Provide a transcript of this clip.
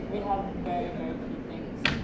we have very, very few things.